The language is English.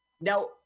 Now